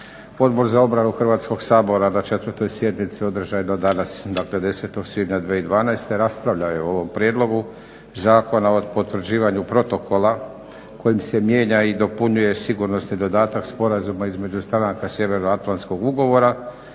Odbor za obranu Hrvatskog sabora na 4. sjednici održanoj danas dakle 10. svibnja 2012. raspravljao je o ovom prijedlogu Zakona o potvrđivanju protokola kojim se mijenja i dopunjuje sigurnosni dodatak sporazuma između stranaka Sjevernoatlantskog ugovora